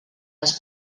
els